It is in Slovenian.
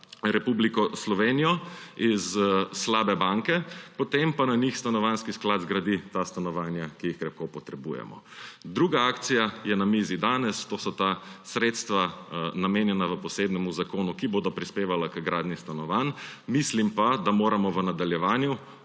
Republiko Slovenijo s slabe banke, potem pa na njih Stanovanjski sklad zgradi ta stanovanja, ki jih krepko potrebujemo. Druga akcija je na mizi danes, to so ta sredstva, namenjena v posebnem zakonu, ki bodo prispevala h gradnji stanovanji. Mislim pa, da moramo v nadaljevanju